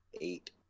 eight